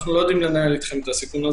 אנחנו לא יודעים לנהל אתכם את הסיכון.